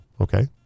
Okay